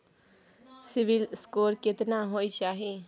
CIBIL score केतना होय चाही?